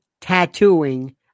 tattooing